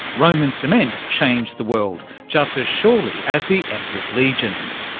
roman cement changed the world, just as surely as the emperor's legions.